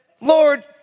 Lord